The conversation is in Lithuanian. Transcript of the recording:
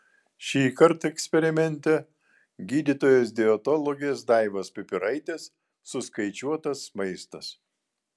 šįkart eksperimente gydytojos dietologės daivos pipiraitės suskaičiuotas maistas